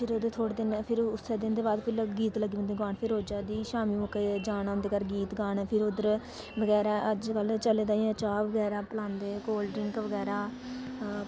फिर ओहदे थोह्ड़े दिन पिर उसे दिन दपैहरी गीत लग्गी पौंदे गान रोजे दी शामी मोके जाना उंदे घार गीत गाने फिर उद्धर बगैरा अजकल इयां चाह् बगैरा पिलांदे कोलड्रिंक बगैरा